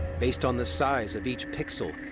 based on the size of each pixel,